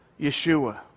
Yeshua